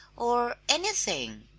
or anything!